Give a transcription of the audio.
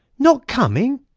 not coming!